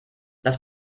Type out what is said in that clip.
das